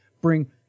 bring